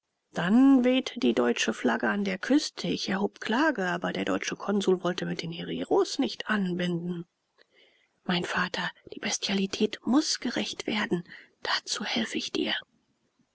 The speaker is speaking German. dann wehte die deutsche flagge an der küste ich erhob klage aber der deutsche konsul wollte mit den hereros nicht anbinden mein vater die bestialität muß gerächt werden dazu helfe ich dir